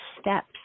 steps